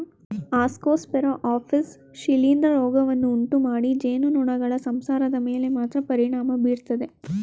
Ascosphaera apis ಶಿಲೀಂಧ್ರ ರೋಗವನ್ನು ಉಂಟುಮಾಡಿ ಜೇನುನೊಣಗಳ ಸಂಸಾರದ ಮೇಲೆ ಮಾತ್ರ ಪರಿಣಾಮ ಬೀರ್ತದೆ